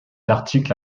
article